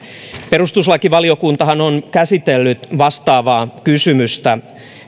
perustuslakivaliokuntahan on käsitellyt vastaavaa kysymystä